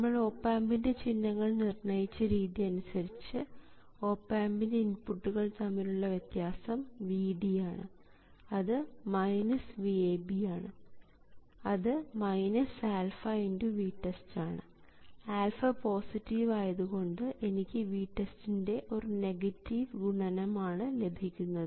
നമ്മൾ ഓപ് ആമ്പിൻറെ ചിഹ്നങ്ങൾ നിർണ്ണയിച്ച രീതി അനുസരിച്ച് ഓപ് ആമ്പിൻറെ ഇൻപുട്ടുകൾ തമ്മിലുള്ള വ്യത്യാസം Vd ആണ് അത് VAB ആണ് അത് α ×VTEST ആണ് α പോസിറ്റീവ് ആയതു കൊണ്ട് എനിക്ക് VTEST ൻറെ ഒരു നെഗറ്റീവ് ഗുണനം ആണ് ലഭിക്കുന്നത്